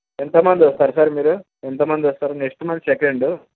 ఎంతమంది వస్తారు సార్ మీరు ఎంతమంది వస్తారు నెక్స్ట్ మంత్ సెకెండు